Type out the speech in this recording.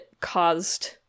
caused